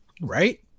Right